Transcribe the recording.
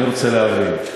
אני רוצה להבין.